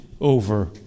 over